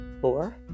four